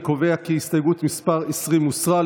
אני קובע כי הסתייגות מס' 20 הוסרה.